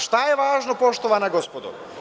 Šta je važno, poštovana gospodo?